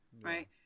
right